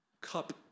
cup